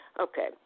Okay